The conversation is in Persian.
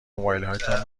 موبایلهایتان